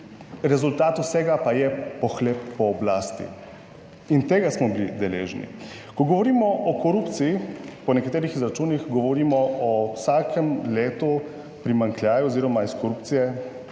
rezultat vsega pa je pohlep po oblasti in tega smo bili deležni. Ko govorimo o korupciji, po nekaterih izračunih, govorimo o vsakem letu primanjkljaj oziroma iz korupcije,